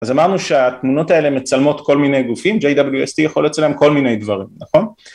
אז אמרנו שהתמונות האלה מצלמות כל מיני גופים, JWST יכול לצלם כל מיני דברים, נכון?